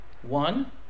one